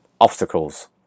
obstacles